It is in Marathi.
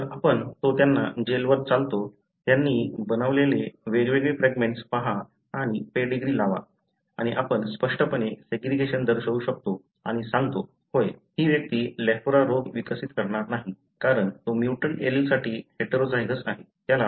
तर आपण तो त्यांना जेलवर चालतो त्यांनी बनवलेले वेगवेगळे फ्रॅगमेंट्स पहा आणि पेडीग्री लावा आणि आपण स्पष्टपणे सेग्रीगेशन दर्शवू शकतो आणि सांगतो होय हि व्यक्ती लॅफोरा रोग विकसित करणार नाही कारण तो म्युटंट एलीलसाठी हेटेरोझायगस आहे